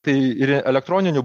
tai ir elektroniniu